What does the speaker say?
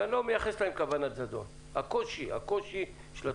אבל אני לא מייחס להם כוונת זדון, יש בתקופה